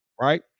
right